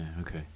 okay